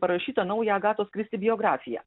parašytą naują agatos kristi biografiją